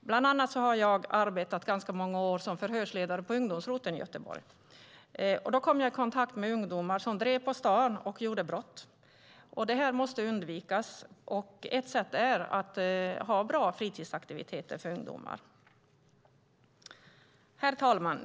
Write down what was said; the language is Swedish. Bland annat har jag arbetat ganska många år som förhörsledare på ungdomsroteln i Göteborg. Då kom jag i kontakt med ungdomar som drev på stan och gjorde brott. Det här måste undvikas, och ett sätt är att ha bra fritidsaktiviteter för ungdomar. Herr talman!